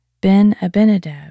Ben-Abinadab